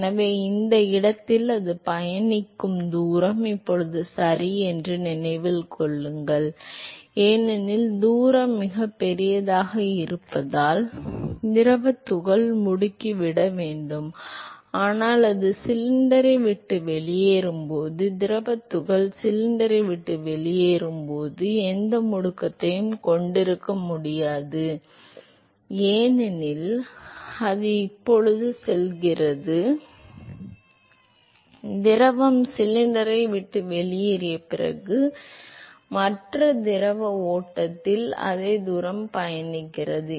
எனவே இந்த இடத்தில் அது பயணிக்கும் தூரம் இப்போது சரி என்பதை நினைவில் கொள்ளுங்கள் ஏனெனில் தூரம் மிகப் பெரியதாக இருப்பதால் திரவத் துகள் முடுக்கிவிட வேண்டும் ஆனால் அது சிலிண்டரை விட்டு வெளியேறும்போது திரவத் துகள் சிலிண்டரை விட்டு வெளியேறும் போது அது எந்த முடுக்கத்தையும் கொண்டிருக்க முடியாது ஏனெனில் அது இப்போது செல்கிறது திரவம் சிலிண்டரை விட்டு வெளியேறிய பிறகு மற்ற திரவ ஓட்டத்தின் அதே தூரம் பயணிக்கிறது